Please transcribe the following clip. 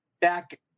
back